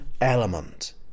element